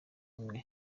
ubumwe